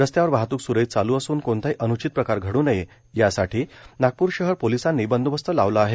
रस्त्यावर वाहतूक स्रळीत चालू असून कोणताही अन्चित प्रकार घडू नये यासाठी नागपूर शहर पोलिसांनी बंदोबस्त लावला आहे